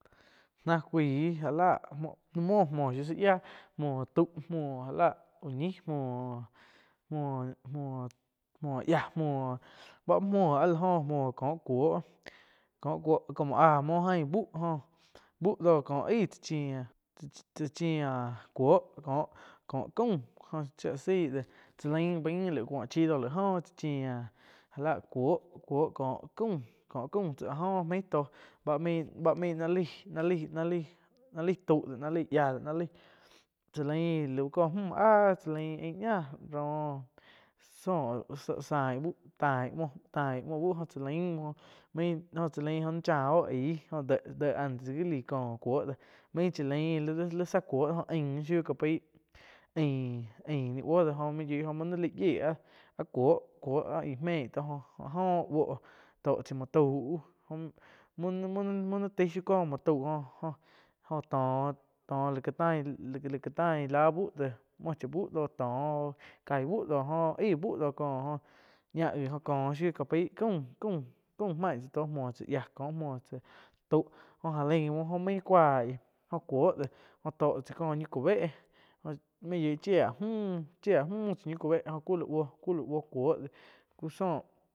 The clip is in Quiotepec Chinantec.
Na cuaih já la ni muo muho záh yiá muoh tau muoh já la uh ñi, muoh-muoh-muoh-mouh yiáh muoh báh mu mouh áh la joh uoh có cuoh, cuoh como áh muoh ain bu joh, buh dó cóh aig tsá chía, tsá chía cuoh có caum joh shía la zaih de cháh lain bain cou chi do laig oh tsáh chíah já láh cuóh có caum, ko caum tsi áh jo meih tó, báh main báh náh laih-náh laih náh laih tau de laig yia de náh laih tsa lain lau mjo áh cha lain ain ñá joh zóh sain búh tain muoh tain muoh bi jo cha lain muoh maojn jo chalain jo chao aih jo deh antes gi laih cóh cuoh déh main cha lain li-li tsá cuoh oh ain shiu cá paih. Ain ni buoh de joh main naih yieh áh-áh cuo-cuo áh aih mein tóh jo áh joh buoh tóh chai muoh tauh go muni-muni taih shiu có muo tau jo-jo go tóh laig ká tain láh buh deh muoh chá buh do tó cáih buh do jo aíh búh dó cóh ñáh gi oh có shiu ca pai caum-caum main tzá tóh muoh yiáh ko muoh tsáh tau jóh jálein muoh jó main cuaih joh cuo dé tó tsá chai ko ñi cu béh main yoi chia mü chia mü tsai ñi cu be jo cu la buoh cu la buoh cuo de ku sóh.